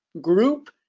group